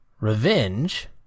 revenge